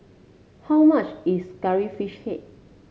how much is Curry Fish Head